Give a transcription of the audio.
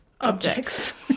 objects